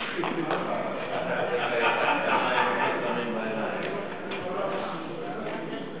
אילן גילאון שפעם היו בכנסת המון גנבים והיום יש בה המון שוטרים.